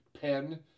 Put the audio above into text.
pen